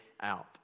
out